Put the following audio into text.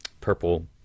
purple